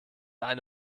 eine